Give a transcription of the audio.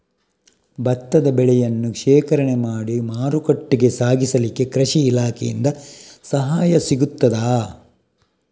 ಭತ್ತದ ಬೆಳೆಯನ್ನು ಶೇಖರಣೆ ಮಾಡಿ ಮಾರುಕಟ್ಟೆಗೆ ಸಾಗಿಸಲಿಕ್ಕೆ ಕೃಷಿ ಇಲಾಖೆಯಿಂದ ಸಹಾಯ ಸಿಗುತ್ತದಾ?